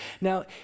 Now